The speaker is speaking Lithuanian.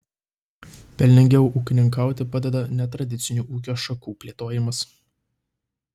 pelningiau ūkininkauti padeda netradicinių ūkio šakų plėtojimas